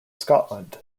scotland